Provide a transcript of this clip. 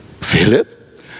Philip